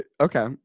Okay